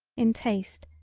in taste,